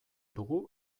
dugu